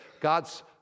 God's